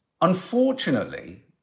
Unfortunately